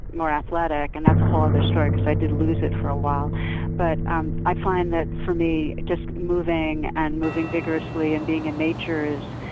more athletic but and that's a whole other story because i did lose it for a while but um i find that, for me, just moving and moving vigorously and being in nature is,